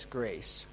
grace